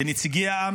כנציגי העם,